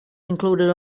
included